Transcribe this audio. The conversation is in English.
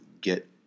get